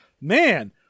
man